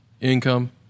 income